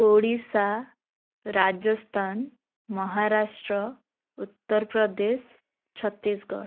Odisha Rajasthan Maharashtra Uttar Pradesh Chhattisgarh